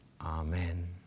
Amen